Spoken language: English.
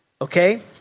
okay